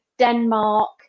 Denmark